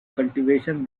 cultivation